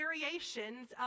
variations